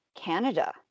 Canada